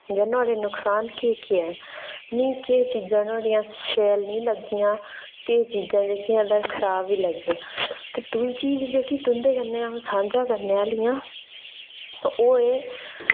जां नुआढ़े नुक्सान केह् केह् न मी केह् चीजां नुआढ़ियां शैल निं लग्गियां केह् चीजां जेह्कियां तां खराब बी लग्गियां ते दुई चीज जेह्की तुं'दे कन्नै अ'ऊं सांझा करने आह्ली आं ओह् ऐ